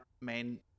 main